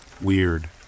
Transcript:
weird